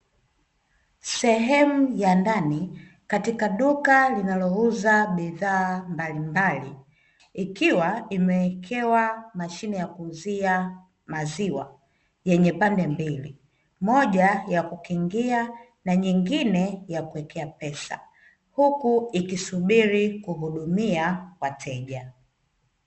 Sehemu ya ndani katika duka linalouza bidhaa mbalimbali, ikiwa imewekewe mashine ya kuuzia maziwa yenye pande mbili, moja ya kukingia, na nyingine yakuwekea pesa, huku ikisubiri kuhudumia wateja.